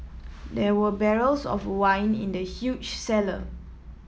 there were barrels of wine in the huge cellar